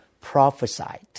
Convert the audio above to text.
prophesied